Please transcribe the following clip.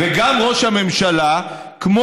הוא משתלח במערכת הביטחון.